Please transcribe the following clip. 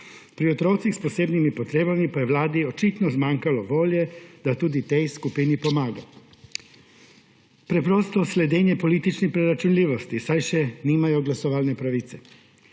pri otrocih s posebnimi potrebami pa je vladi očitno zmanjkalo volje, da tudi tej skupini pomaga. Preprosto sledenje politični preračunljivosti, saj še nimajo glasovalne pravice,